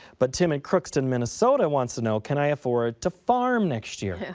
but tim in crookston, minnesota wants to know, can i afford to farm next year?